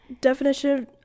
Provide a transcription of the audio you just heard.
definition